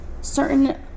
certain